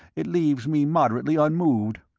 it leaves me moderately unmoved.